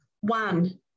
one